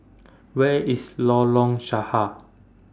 Where IS Lorong Sahad